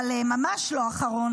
אבל ממש לא האחרון,